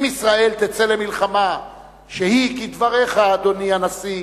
אם ישראל תצא למלחמה שהיא, כדבריך, אדוני הנשיא,